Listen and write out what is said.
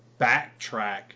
backtrack